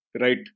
Right